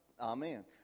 amen